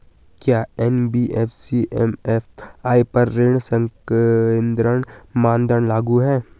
क्या NBFC MFI पर ऋण संकेन्द्रण मानदंड लागू हैं?